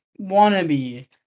wannabe